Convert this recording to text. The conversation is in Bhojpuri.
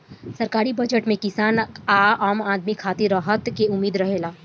सरकारी बजट में किसान आ आम आदमी खातिर राहत के उम्मीद रहेला